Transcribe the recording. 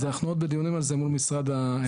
אז אנחנו עוד בדיונים על זה מול משרד המשפטים.